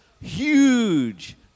huge